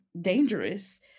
dangerous